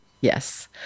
Yes